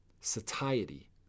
Satiety